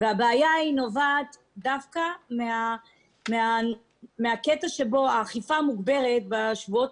היא נובעת דווקא מהקטע שבו האכיפה המוגברת בשבועות